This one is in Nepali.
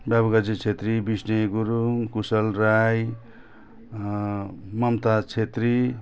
बाबुकाजी छेत्री बिस्ने गुरुङ कुशल राई ममता छेत्री